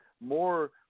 more